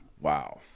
wow